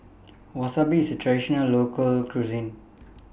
Wasabi IS A Traditional Local Cuisine